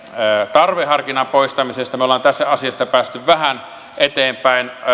tarveharkinnan poistamisesta me olemme tässä asiassa päässeet vähän eteenpäin